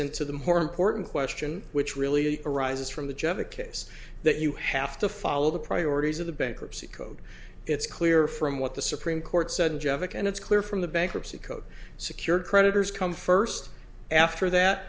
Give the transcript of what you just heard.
into the more important question which really arises from the judge a case that you have to follow the priorities of the bankruptcy code it's clear from what the supreme court said jeff and it's clear from the bankruptcy code secured creditors come first after that